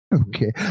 Okay